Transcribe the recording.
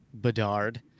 bedard